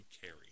carry